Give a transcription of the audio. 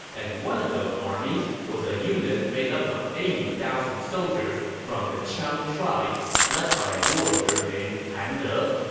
and one of those armies was a unit made up of eighty thousand soldiers from the qiang tribes, led by a warrior named han de.